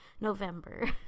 november